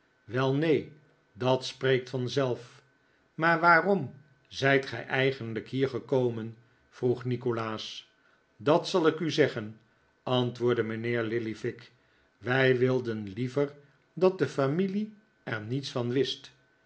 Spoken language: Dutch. wel neen dat spreekt vanzelf maar waarom zijt gij eigenlijk hier gekomen vroeg nikolaas dat zal ik u zeggen antwoordde mijnheer lillyvick wij wilden liever dat de familie er niets van wist